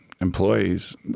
employees